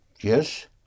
yes